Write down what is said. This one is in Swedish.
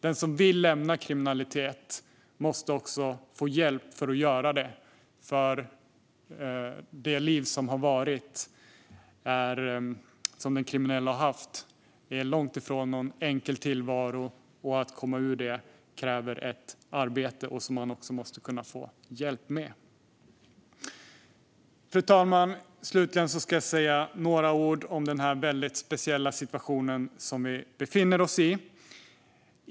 Den som vill lämna kriminalitet måste också få hjälp med att göra det. Det liv som den kriminelle har haft är långt ifrån någon enkel tillvaro. Att komma ur det kräver ett arbete som man måste kunna få hjälp med. Fru talman! Slutligen ska jag säga några ord om den väldigt speciella situation vi befinner oss i.